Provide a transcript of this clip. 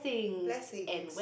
blessings